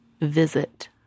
visit